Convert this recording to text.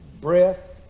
breath